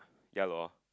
ya lor